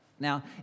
Now